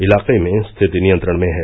इलाके में स्थिति नियंत्रण में है